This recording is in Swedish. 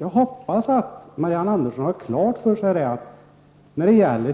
Jag hoppas att Marianne Andersson har klart för sig att när det gäller